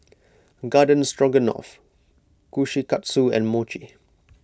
Garden Stroganoff Kushikatsu and Mochi